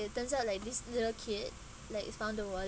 it turns out like this little kid like has found the wallet